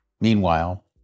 Meanwhile